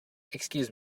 excuse